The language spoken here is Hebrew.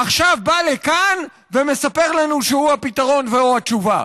עכשיו בא לכאן ומספר לנו שהוא הפתרון והוא התשובה.